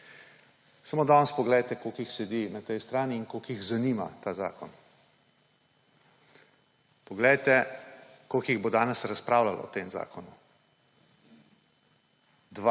Samo danes poglejte, koliko jih sedi na tej strani in koliko jih zanima ta zakon. Poglejte, koliko jih bo danes razpravljalo o tem zakonu.